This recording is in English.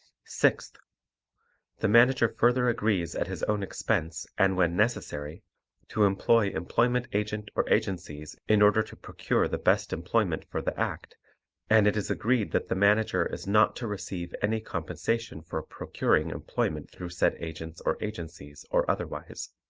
sixth the manager further agrees at his own expense and when necessary to employ employment agent or agencies in order to procure the best employment for the act and it is agreed that the manager is not to receive any compensation for procuring employment through said agents or agencies or otherwise.